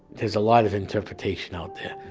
there's a lot of interpretation out there.